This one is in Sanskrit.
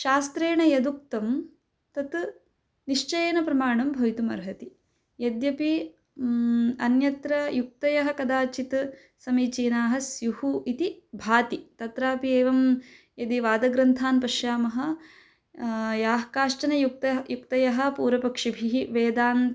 शास्त्रेण यदुक्तं तत् निश्चयेन प्रमाणं भवितुमर्हति यद्यपि अन्यत्र युक्तयः कदाचित् समीचीनाः स्युः इति भाति तत्रापि एवं यदि वादग्रन्थान् पश्यामः याः कश्चन उक्तयः उक्तयः पूर्वपक्षिभिः वेदान्